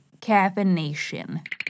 caffeination